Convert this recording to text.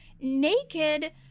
naked